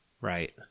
Right